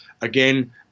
Again